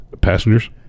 Passengers